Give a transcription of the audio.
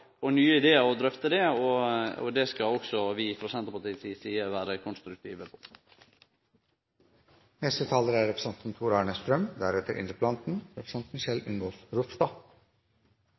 og nye idear og å drøfte det. Det skal også vi frå Senterpartiet si side vere konstruktive